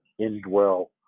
indwell